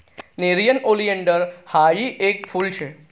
nerium oleander हायी येक फुल शे